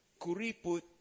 kuriput